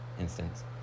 instance